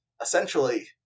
essentially